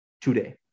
today